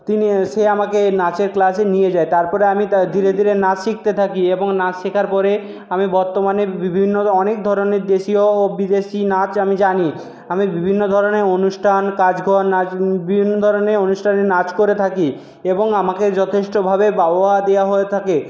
তিনি সে আমাকে নাচের ক্লাসে নিয়ে যায় তারপরে আমি ধীরে ধীরে নাচ শিখতে থাকি এবং নাচ শেখার পরে আমি বর্তমানে বিভিন্ন অনেক ধরনের দেশীয় ও বিদেশি নাচ আমি জানি আমি বিভিন্ন ধরনের অনুষ্ঠান কাজঘর নাচ বিভিন্ন ধরনের অনুষ্ঠানে নাচ করে থাকি এবং আমাকে যথেষ্টভাবে বাহবা দেওয়া হয়ে থাকে